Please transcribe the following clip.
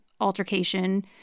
altercation